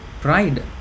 pride